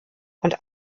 und